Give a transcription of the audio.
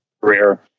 career